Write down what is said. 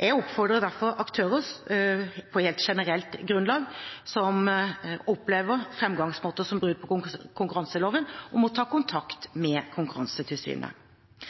Jeg oppfordrer derfor på helt generelt grunnlag aktører som opplever framgangsmåter som brudd på konkurranseloven, til å ta kontakt med Konkurransetilsynet.